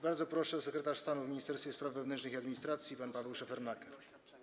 Bardzo proszę, sekretarz stanu w Ministerstwie Spraw Wewnętrznych i Administracji pan Paweł Szefernaker.